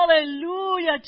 Hallelujah